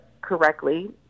correctly